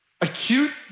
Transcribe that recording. Acute